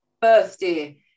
birthday